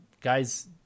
guys